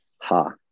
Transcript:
ha